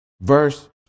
Verse